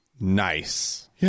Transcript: nice